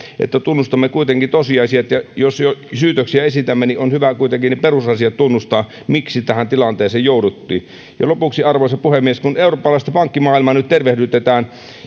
että tunnustamme tosiasiat ja jos jos syytöksiä esitämme niin on hyvä kuitenkin ne perusasiat tunnustaa miksi tähän tilanteeseen jouduttiin lopuksi arvoisa puhemies kun eurooppalaista pankkimaailmaa nyt tervehdytetään